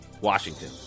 Washington